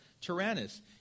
Tyrannus